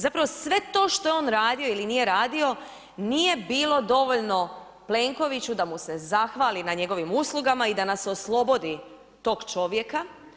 Zapravo sve to što je on radio ili nije radio nije bilo dovoljno Plenkoviću da mu se zahvali na njegovim uslugama i da nas oslobodi tog čovjeka.